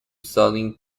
studying